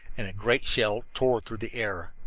and a great shell tore through the air.